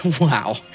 wow